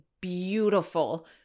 beautiful